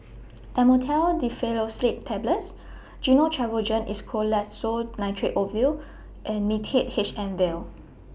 Dhamotil Diphenoxylate Tablets Gyno Travogen Isoconazole Nitrate Ovule and Mixtard H M Vial